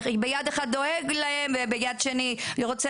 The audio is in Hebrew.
ביד אחת דואג להם וביד השנייה רוצה